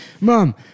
Mom